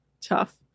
tough